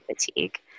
fatigue